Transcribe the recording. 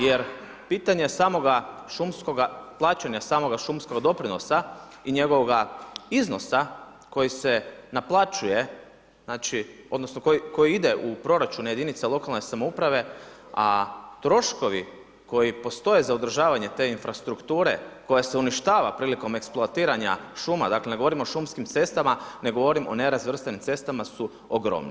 Jer pitanje samoga šumskoga, plaćanja samoga šumskoga doprinosa i njegovoga iznosa koji se naplaćuje, odnosno koji ide u proračun jedinica lokalne samouprave a troškovi koji postoje za održavanje te infrastrukture koja se uništava prilikom eksploatiranja šuma, dakle ne govorim o šumskim cestama, … govorim o nerazvrstanim cestama su ogromni.